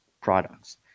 products